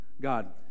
God